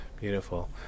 Beautiful